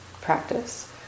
practice